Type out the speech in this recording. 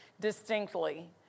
distinctly